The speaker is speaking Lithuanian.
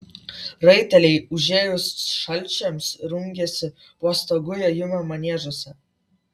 raiteliai užėjus šalčiams rungiasi po stogu jojimo maniežuose